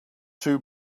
too